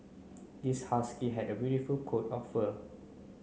this husky had a coat of fur